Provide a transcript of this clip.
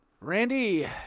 Randy